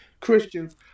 Christians –